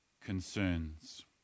concerns